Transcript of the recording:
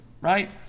right